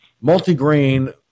multi-grain